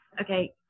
Okay